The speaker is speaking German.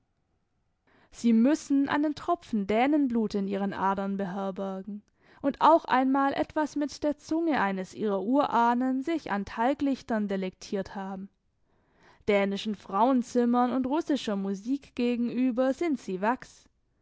sie müssen einen tropfen dänenblut in ihren adern beherbergen und auch einmal etwas mit der zunge eines ihrer urahnen sich an talglichtern delektiert haben dänischen frauenzimmern und russischer musik gegenüber sind sie wachs